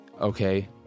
okay